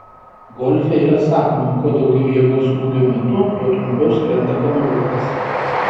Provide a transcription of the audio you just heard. golfe yra sakoma kuo daugiau jėgos smūgio metu tuo trumpiau skrenda kamuoliukas